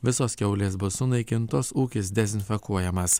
visos kiaulės bus sunaikintos ūkis dezinfekuojamas